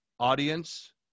audience